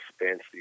fancy